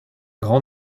grand